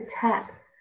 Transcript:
tap